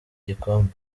gikombe